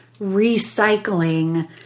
recycling